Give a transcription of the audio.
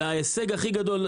ההישג הכי גדול,